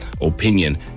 opinion